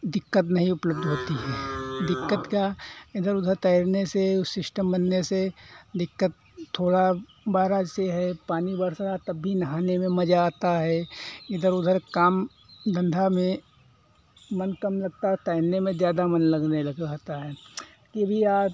दिक्कत नहीं उपलब्ध होती है दिक्कत क्या इधर उधर तैरने से सिस्टम बनने से दिक्कत थोड़ा बड़ा जैसे है पानी वर्षा तब भी नहाने में मजा आता है इधर उधर काम धंधा में मन कम लगता है तैरने में ज़्यादा मन लगने लगता है तो ये भी आप